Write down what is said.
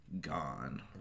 gone